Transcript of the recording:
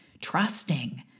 trusting